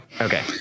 Okay